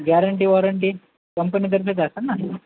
guarantee warranty कंपनीतर्फे जातं ना